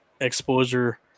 exposure